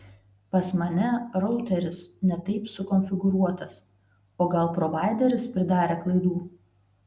pas mane routeris ne taip sukonfiguruotas o gal provaideris pridarė klaidų